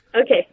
okay